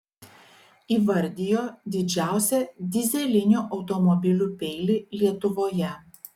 įvardijo didžiausią dyzelinių automobilių peilį lietuvoje